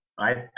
right